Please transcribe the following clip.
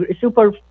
super